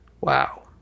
Wow